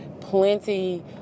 plenty